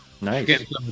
Nice